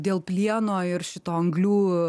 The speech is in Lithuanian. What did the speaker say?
dėl plieno ir šito anglių